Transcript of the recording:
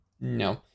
No